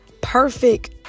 perfect